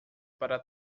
para